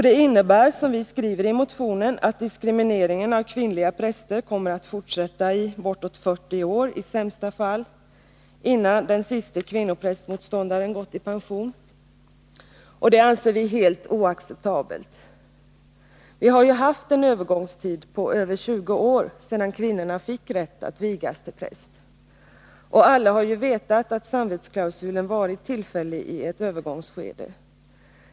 Det innebär, som vi skriver i motionen, att diskrimineringen av kvinnliga präster i sämsta fall kommer att fortsätta i bortåt 40 år, till dess att den siste kvinnoprästmotståndaren gått i pension. Det anser vi vara helt oacceptabelt. Vi har ju haft en övergångstid på över 20 år sedan kvinnorna fick rätt att vigas till präst, och alla har ju vetat att samvetsklausulen har varit tillfällig och att den avsetts gälla i ett övergångsskede.